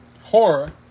horror